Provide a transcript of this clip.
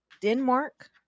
Denmark